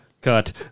Cut